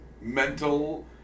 mental